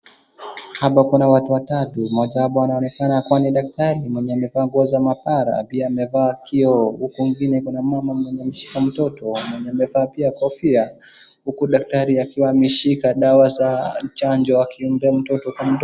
Hapa kuna watu watatu. Mmoja wao anaonekana kuwa ni dakitari mwenye amevaa nguo za mahabara pia amevaa kioo huku kwingine kuna mama mwenye amemshika mtoto mwenye amevaa pia kofia huku dakitari akiwa ameshika dawa za chanjo akimpea mtoto.